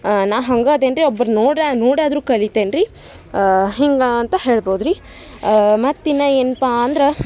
ನಾ ಹಂಗೆ ಅದೇನಿ ರಿ ಒಬ್ಬರ್ನ ನೋಡಿ ನೋಡಾದರೂ ಕಲಿತೇನಿ ರಿ ಹಿಂಗೆ ಅಂತ ಹೇಳ್ಬೋದು ರಿ ಮತ್ತು ಇನ್ನೂ ಏನಪ್ಪಾ ಅಂದ್ರೆ